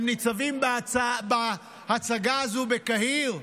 הם ניצבים בהצגה הזו בקהיר?